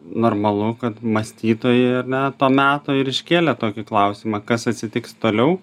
normalu kad mąstytojai ar ne to meto ir iškėlė tokį klausimą kas atsitiks toliau